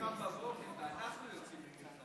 הוא קם בבוקר ואנחנו יוצאים למלחמה.